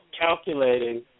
calculating